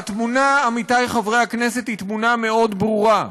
והתמונה, עמיתי חברי הכנסת, היא תמונה מאוד ברורה: